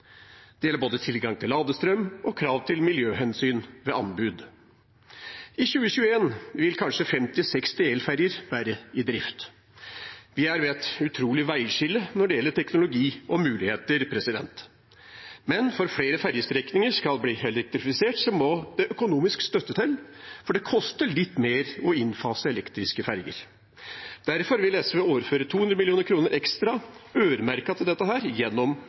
Det gjelder både tilgang til ladestrøm og krav til miljøhensyn ved anbud. I 2021 vil kanskje 50–60 elferjer være i drift. Vi er ved et utrolig veiskille når det gjelder teknologi og muligheter. Men for at flere ferjestrekninger skal bli elektrifisert, må det økonomisk støtte til, for det koster litt mer å innfase elektriske ferjer. Derfor vil SV overføre 200 mill. kr ekstra til dette, øremerket, gjennom